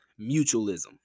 mutualism